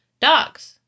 dogs